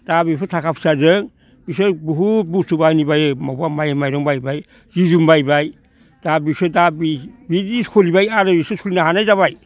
दा बेफोर थाखा फैसाजों बिसोरो बहुद बुस्थु बायै बायै माबा माइ माइरं बायबाय सि जोम बायबाय दा बिसोरो दा बिदि सोलिबाय आरो बिसोर सोलिनो हानाय जाबाय